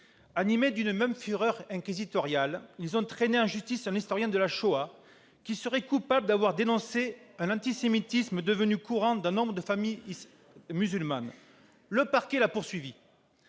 Animés d'une même fureur inquisitoriale, ils ont traîné en justice un historien de la Shoah qui serait coupable d'avoir dénoncé un antisémitisme devenu courant dans nombre de familles musulmanes. Le parquet l'a poursuivi.